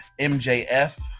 MJF